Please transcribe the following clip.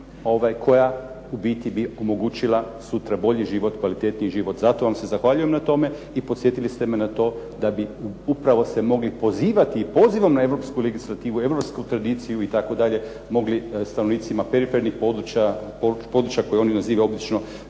koja u biti bi omogućila sutra bolji život, kvalitetniji život. Zato vam se zahvaljujem na tome i podsjetili ste me na to da bi upravo se mogli pozivati, i pozivam na europsku legislativu, europsku tradiciju itd., mogli stanovnicima perifernih područja, područja koje oni nazivaju obično